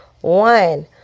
one